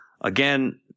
Again